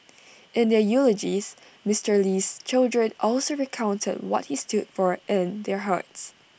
in their eulogies Mister Lee's children also recounted what he stood for in their hearts